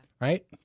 Right